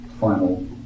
final